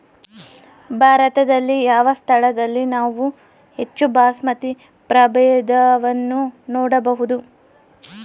ಭಾರತದಲ್ಲಿ ಯಾವ ಸ್ಥಳದಲ್ಲಿ ನಾವು ಹೆಚ್ಚು ಬಾಸ್ಮತಿ ಪ್ರಭೇದವನ್ನು ನೋಡಬಹುದು?